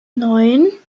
neun